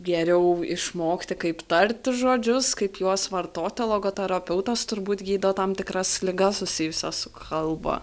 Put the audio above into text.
geriau išmokti kaip tarti žodžius kaip juos vartoti o logoterapeutas turbūt gydo tam tikras ligas susijusias su kalba